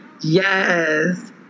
yes